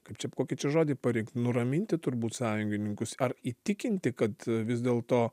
kaip čia kokį čia žodį parinkt nuraminti turbūt sąjungininkus ar įtikinti kad vis dėlto